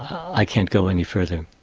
i can't go any further.